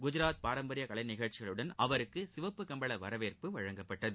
குஜராத் பாரம்பரிய கலைநிகழ்ச்சிகளுடன் அவருக்கு சிவப்பு கம்பள வரவேற்புஅளிக்கப்பட்டது